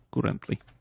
currently